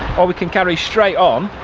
or we can carry straight on.